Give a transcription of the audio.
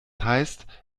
heißt